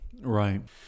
Right